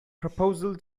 proposal